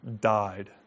died